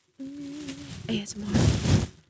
ASMR